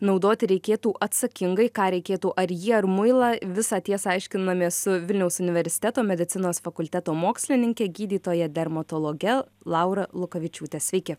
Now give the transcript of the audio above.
naudoti reikėtų atsakingai ką reikėtų ar jį ar muilą visą tiesą aiškinamės su vilniaus universiteto medicinos fakulteto mokslininke gydytoja dermatologe laura lukavičiūte sveiki